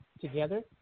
together